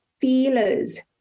feelers